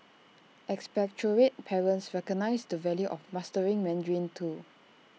expatriate parents recognise the value of mastering Mandarin too